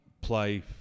play